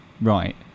right